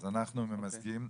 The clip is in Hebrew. אז ממזגים אליו.